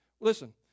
Listen